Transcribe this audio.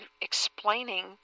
explaining